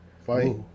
fight